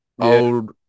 old